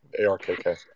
ARKK